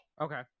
Okay